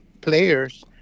players